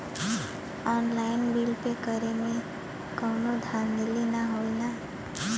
Online bill pay करे में कौनो धांधली ना होई ना?